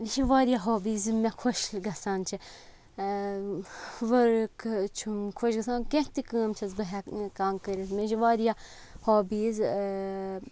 یہِ چھِ واریاہ ہابیٖز یِم مےٚ خۄش گَژھان چھِ ؤرٕک چھُم خۄش گژھان کینٛہہ تہِ کٲم چھَس بہٕ ہٮ۪کان کٔرِتھ مےٚ چھِ واریاہ ہابیٖز